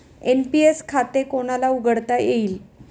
NPS खाते कोणाला उघडता येईल?